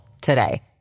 today